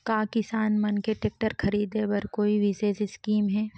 का किसान मन के टेक्टर ख़रीदे बर कोई विशेष स्कीम हे?